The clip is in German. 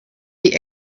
die